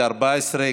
זה 14,